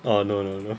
oh no no no